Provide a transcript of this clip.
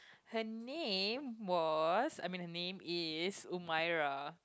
her name was I mean her name is Umirah